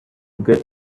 get